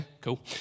cool